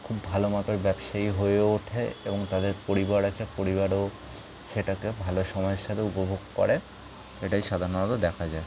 খুব ভালো মাপের ব্যবসায়ী হয়ে ওঠে এবং তাদের পরিবার আছে পরিবারও সেটাকে ভালো সময়ের সাথে উপভোগ করে এটাই সাধারণত দেখা যায়